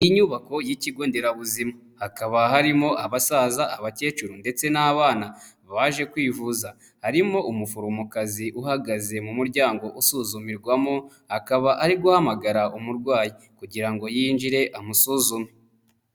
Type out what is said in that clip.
Inyubako y'ikigo nderabuzima hakaba harimo abasaza, abakecuru, ndetse n'abana baje kwivuza, harimo umuforomokazi uhagaze mu muryango usuzumirwamo akaba ari guhamagara umurwayi kugira ngo yinjire amusuzume.